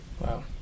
Wow